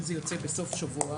אם זה יוצא בסוף שבוע